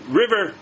river